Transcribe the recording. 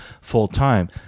full-time